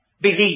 believe